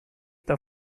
the